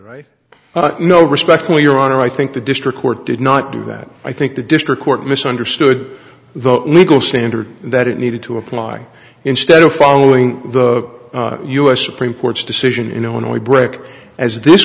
right no respect for your honor i think the district court did not do that i think the district court misunderstood the legal standard that it needed to apply instead of following the us supreme court's decision in illinois break as this